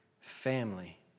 family